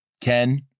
Ken